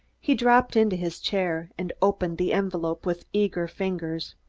he dropped into his chair, and opened the envelope with eager fingers.